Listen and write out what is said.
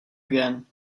again